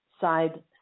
side-